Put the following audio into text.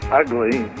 ugly